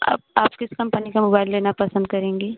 आप आप किस कम्पनी का मोबाइल लेना पसंद करेंगी